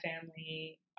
family